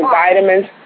vitamins